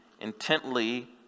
intently